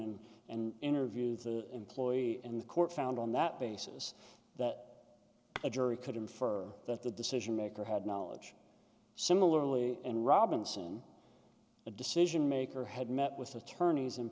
and interview the employee and the court found on that basis that a jury could infer that the decision maker had knowledge similarly and robinson the decision maker had met with attorneys in